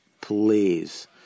please